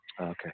Okay